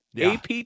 AP